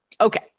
Okay